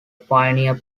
pioneer